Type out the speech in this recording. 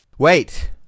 Wait